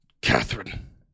Catherine